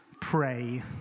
pray